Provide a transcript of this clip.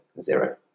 zero